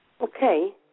Okay